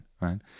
right